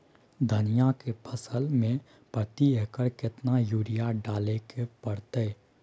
धनिया के फसल मे प्रति एकर केतना यूरिया डालय के परतय?